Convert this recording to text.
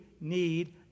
need